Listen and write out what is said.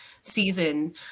season